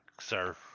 sir